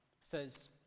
says